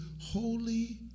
holy